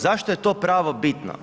Zašto je to pravo bitno?